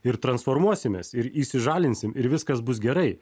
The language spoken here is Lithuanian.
ir transformuosimės ir isižalinsim ir viskas bus gerai